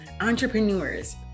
entrepreneurs